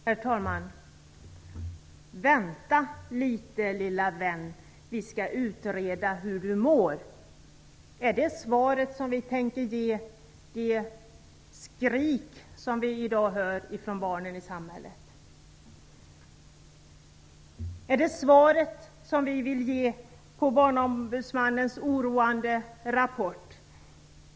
Herr talman! Vänta litet, lilla vän, vi skall utreda hur du mår! Är detta det svar som vi tänker ge på de skrik som vi i dag hör från barnen i samhället? Är detta det svar som vi vill ge på Barnombudsmannens oroande rapport?